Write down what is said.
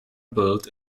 built